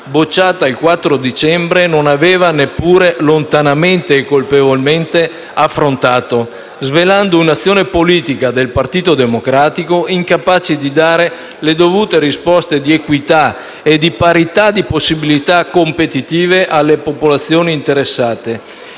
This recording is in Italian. bocciata il 4 dicembre non aveva neppure - colpevolmente - lontanamente affrontato, svelando un'azione politica del Partito Democratico incapace di dare le dovute risposte di equità e di parità di possibilità competitive alle popolazioni interessate,